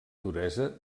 duresa